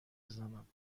بزنم